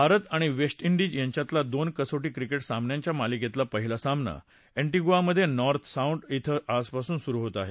भारत आणि West Indies यांच्यातल्या दोन कसोटी क्रिकेट सामन्यांच्या मालिकेतला पहिला सामना एन्टीग्वामधे नार्थ साउंड डि आजपासून सुरू होत आहे